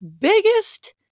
biggest